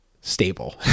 stable